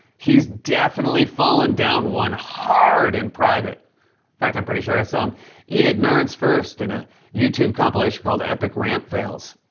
he's definitely fallen down one, hard, in private. in fact, i'm pretty sure i saw him eat it nards-first in a youtube compilation called epic ramp fails!